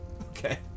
Okay